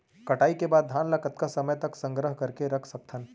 कटाई के बाद धान ला कतका समय तक संग्रह करके रख सकथन?